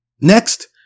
Next